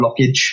blockage